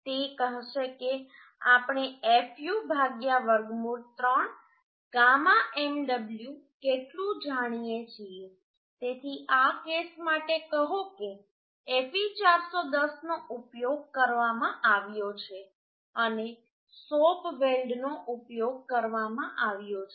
તે હશે કે આપણે fu વર્ગમૂળ 3 γ mw કેટલું જાણીએ છીએ તેથી આ કેસ માટે કહો કે Fe410 નો ઉપયોગ કરવામાં આવ્યો છે અને શોપ વેલ્ડનો ઉપયોગ કરવામાં આવ્યો છે